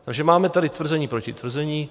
Takže máme tady tvrzení proti tvrzení.